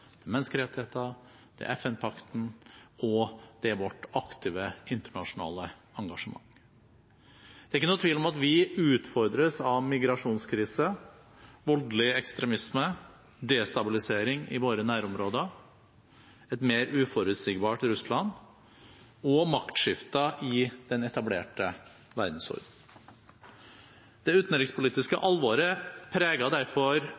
Det er menneskerettigheter, det er FN-pakten, og det er vårt aktive internasjonale engasjement. Det er ikke noen tvil om at vi utfordres av migrasjonskrise, voldelig ekstremisme, destabilisering i våre nærområder, et mer uforutsigbart Russland og maktskifter i den etablerte verdensorden. Det utenrikspolitiske alvoret preget derfor